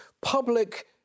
public